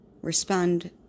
respond